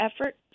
effort